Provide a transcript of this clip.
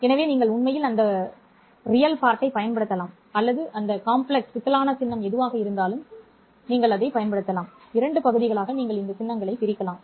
எனவே நீங்கள் உண்மையில் அந்த உண்மையைப் பயன்படுத்தலாம் மற்றும் அந்த சிக்கலான சின்னம் எதுவாக இருந்தாலும் நீங்கள் பெறுகிறீர்கள் இதை நீங்கள் 2 பகுதிகளாகப் பிரிக்கலாம்